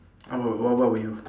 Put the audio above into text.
I will what about were you